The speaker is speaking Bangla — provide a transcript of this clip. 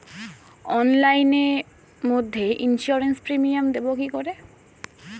অনলাইনে মধ্যে ইন্সুরেন্স প্রিমিয়াম দেবো কি করে?